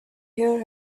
hear